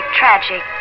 tragic